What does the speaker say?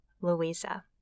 Louisa